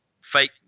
fake